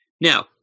Now